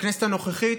בכנסת הנוכחית,